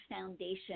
foundation